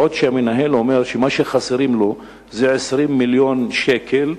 בעוד המנהל אומר שמה שחסר לו זה 20 מיליון שקל.